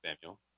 Samuel